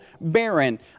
barren